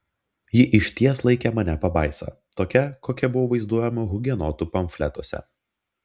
ji išties laikė mane pabaisa tokia kokia buvau vaizduojama hugenotų pamfletuose